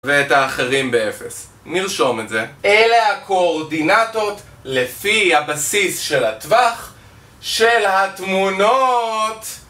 ואת האחרים באפס, נרשום את זה. אלה הקואורדינטות לפי הבסיס של הטווח של התמונות.